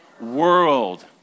world